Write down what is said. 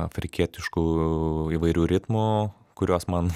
afrikietiškų įvairių ritmų kuriuos man